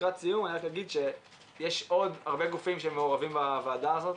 לקראת סיום אני רק אגיד שיש עוד הרבה גופים שמעורבים בוועדה הזאת.